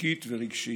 ערכית ורגשית.